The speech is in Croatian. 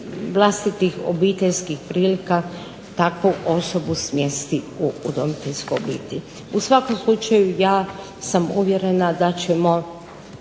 vlastitih obiteljskih prilika takvu osobu smjesti u udomiteljsku obitelj. U svakom slučaju ja sam uvjerena da ćemo